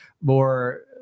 more